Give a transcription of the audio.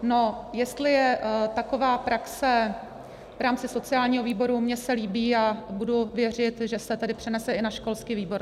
No, jestli je taková praxe v rámci sociálního výboru, mně se líbí a budu věřit, že se tedy přenese i na školský výbor.